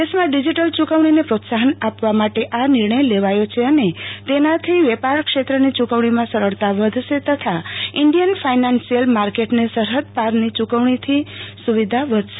દેશમાં ડિજીટલ યૂકવણીને પ્રોત્સાહન આપવા માટે આ નિર્ણય લેવાયો છે અને તેનાથી વેપારક્ષેત્રની યૂકવણીમાં સરળતા વધશે તથા ઈન્ડિયન ફાઈનાન્શીયલ માર્કેટને સરહદ પારની ચૂકવણીની સુવિધા વધશે